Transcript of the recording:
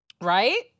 right